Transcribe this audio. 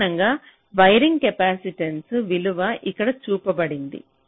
సాధారణంగా wiring capacitance విలువలు ఇక్కడ చూపించబడ్డాయి